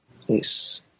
please